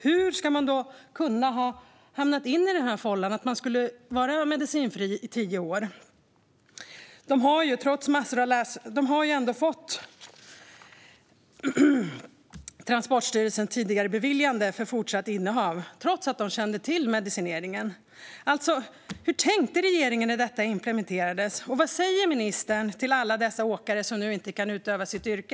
De har hamnat i denna fålla att man ska har varit medicinfri i tio år. Men de har ändå tidigare fått sitt fortsatta körkortsinnehav beviljat av Transportstyrelsen, trots att Transportstyrelsen kände till medicineringen. Hur tänkte regeringen när detta implementerades, och vad säger ministern till alla dessa åkare som nu inte kan utöva sitt yrke?